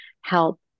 help